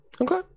Okay